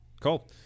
cool